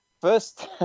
first